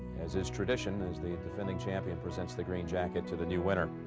as is tradition is the defending champion presents the green jacket to the new winner.